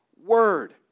word